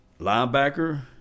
linebacker